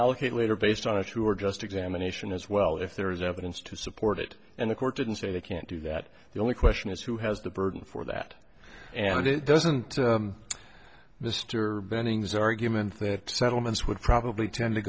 allocate later based on a true or just examination as well if there is evidence to support it and the court didn't say they can't do that the only question is who has the burden for that and it doesn't mr bendings argument that settlements would probably tend to